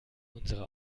unsere